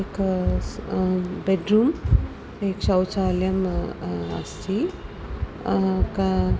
एक स् बेड्रूम् एकं शौचालयं अस्ति क